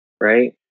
right